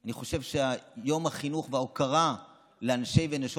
אני חושב שיום החינוך וההוקרה לאנשי ונשות